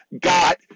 got